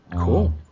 Cool